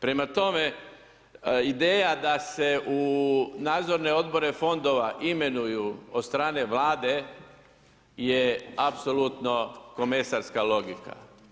Prema tome, ideja da se u nadzorne odbore fondova imenuju od stane Vlade je apsolutno komesarska logika.